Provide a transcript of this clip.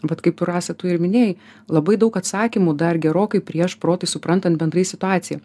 vat kaip rasa tu ir minėjai labai daug atsakymų dar gerokai prieš protui suprantant bendrai situaciją